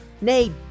Nay